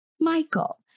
Michael